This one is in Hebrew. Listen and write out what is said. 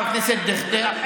חבר הכנסת דיכטר,